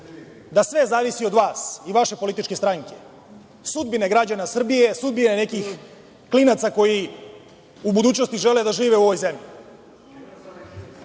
da sve zavisi od vas i vaše političke stranke, sudbine građana Srbije, sudbine nekih klinaca koji u budućnosti žele da žive u ovoj zemlji? Mislim